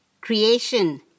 creation